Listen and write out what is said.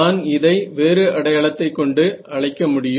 நான் இதை வேறு அடையாளத்தைக் கொண்டு அழைக்க முடியும்